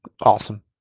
awesome